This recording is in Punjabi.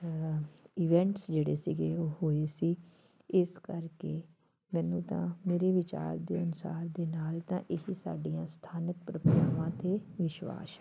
ਇਵੈਂਟਸ ਜਿਹੜੇ ਸੀਗੇ ਉਹ ਹੋਏ ਸੀ ਇਸ ਕਰਕੇ ਮੈਨੂੰ ਤਾਂ ਮੇਰੇ ਵਿਚਾਰ ਦੇ ਅਨੁਸਾਰ ਦੇ ਨਾਲ ਤਾਂ ਇਹੀ ਸਾਡੀਆਂ ਸਥਾਨਕ ਪਰੰਪਰਾਵਾਂ ਅਤੇ ਵਿਸ਼ਵਾਸ ਹਨ